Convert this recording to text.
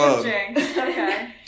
Okay